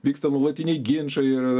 vyksta nuolatiniai ginčai ir